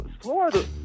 Florida